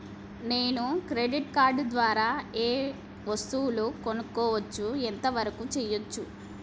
నేను credit card ద్వారా ఏం వస్తువులు కొనుక్కోవచ్చు ఎంత వరకు చేయవచ్చు?